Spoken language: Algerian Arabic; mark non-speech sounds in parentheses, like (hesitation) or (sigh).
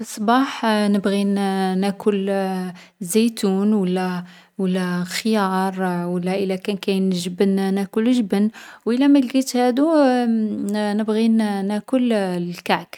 في الصباح نبغي نـ (hesitation) ناكل (hesitation) الزيتون ولا ولا (hesitation) خيار و لا الا كان كاين الجبن ناكل الجبن، و الاما لقيتش هادو، (hesitation) نـ نبغي نـ ناكل الكعك.